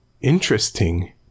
Interesting